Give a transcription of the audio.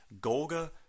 Golga